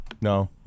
No